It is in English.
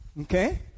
okay